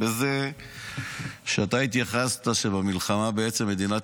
בזה שאתה התייחסת לזה שבמלחמה בעצם מדינת